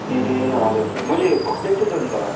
ए हजुर मैले गरिदिएको थिएँ त अन्त